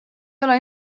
ole